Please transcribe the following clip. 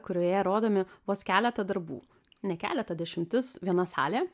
kurioje rodomi vos keletą darbų ne keletą dešimtis viena salė